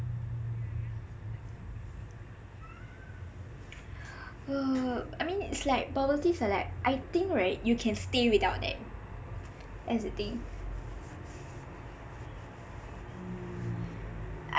uh I mean is like bubble teas are like I think right you can stay without that that's the thing